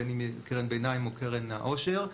בין קרן ביניים ובין קרן העושר,